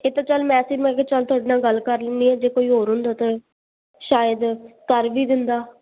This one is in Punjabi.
ਇਹ ਤਾਂ ਚਲ ਵੈਸੇ ਮੈਂ ਕਿਹਾ ਚਲ ਤੁਹਾਡੇ ਨਾਲ ਗੱਲ ਕਰ ਲੈਂਦੀ ਹਾਂ ਜੇ ਕੋਈ ਹੋਰ ਹੁੰਦਾ ਤਾਂ ਸ਼ਾਇਦ ਕਰ ਵੀ ਦਿੰਦਾ